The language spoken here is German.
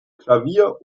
klavier